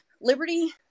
Liberty